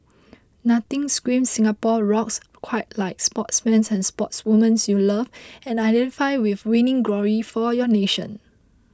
nothing screams Singapore rocks quite like sportsmen and sportswomen you love and identify with winning glory for your nation